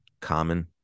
Common